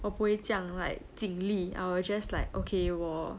我不会这样 like 尽力 I will just like okay orh